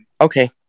Okay